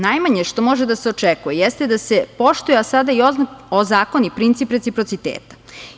Najmanje što može da se očekuje, jeste da se poštuje, a sada i ozakoni princip reciprociteta.